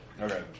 Okay